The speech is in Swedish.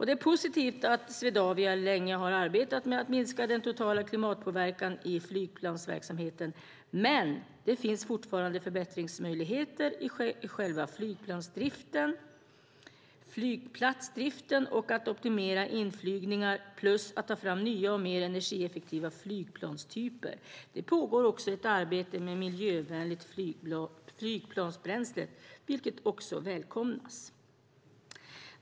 Det är positivt att Swedavia länge har arbetat med att minska den totala klimatpåverkan i flygplansverksamheten. Men det finns fortfarande förbättringsmöjligheter i själva flygplatsdriften, att optimera inflygningar och att ta fram nya och mer energieffektiva flygplanstyper. Det pågår ett arbete med miljövänligt flygplansbränsle, vilket också välkomnas.